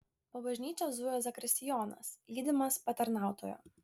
po bažnyčią zujo zakristijonas lydimas patarnautojo